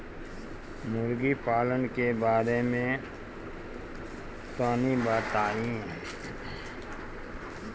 मुर्गी पालन के बारे में तनी बताई?